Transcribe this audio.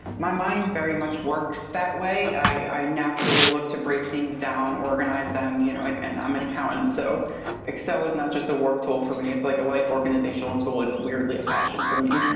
my mind very much works that way. i naturally look to break things down, organize them. you know like and i'm an accountant, so excel is not just a work tool for me. it's like a life organizational tool. it's weirdly a passion for me.